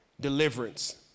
deliverance